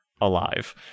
alive